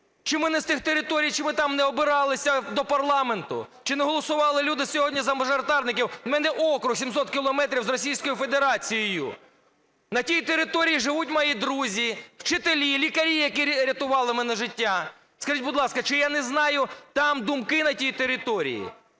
Чи ми не з тих територій, чи ми не обиралися до парламенту? Чи не голосували люди сьогодні за мажоритарників? В мене округ – 700 кілометрів з Російською Федерацією. На тій території живуть мої друзі, вчителі, лікарі, які рятували мені життя! Скажіть, будь ласка, чи я не знаю там думки, на тій території?